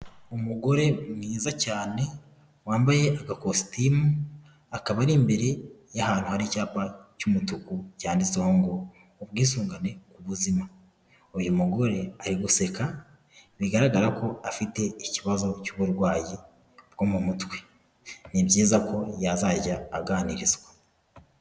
Umugore mwiza cyane wambaye agakositimu akaba ari imbere y'ahantu hari icyapa cy'umutuku cyanditseho ngo ubwisungane ku buzima, uyu mugore ari guseka bigaragara ko afite ikibazo cy'uburwayi bwo mu mutwe, ni byiza ko yazajya aganirizwa.